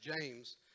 James